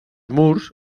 murs